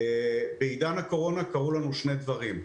בעידן הקורונה קרו לנו שני דברים: